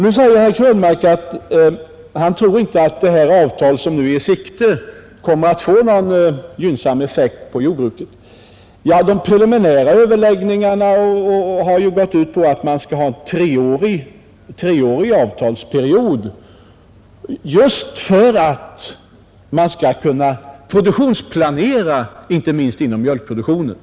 Nu säger herr Krönmark att han inte tror att det avtal som nu är i sikte kommer att få någon gynnsam effekt på jordbruket. Ja, de preliminära överläggningarna har ju gått ut på att man skall ha en treårig avtalsperiod just för att man skall kunna produktionsplanera inte minst när det gäller mjölkframställningen.